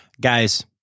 guys